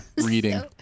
Reading